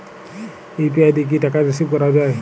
UPI দিয়ে কি টাকা রিসিভ করাও য়ায়?